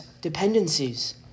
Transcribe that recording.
dependencies